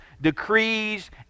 decrees